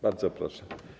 Bardzo proszę.